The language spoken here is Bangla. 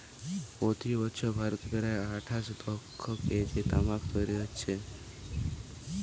প্রতি বছর ভারতে প্রায় আটশ লাখ কেজি তামাক তৈরি হচ্ছে